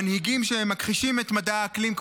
מנהיגים שמכחישים את מדע האקלים,